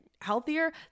healthier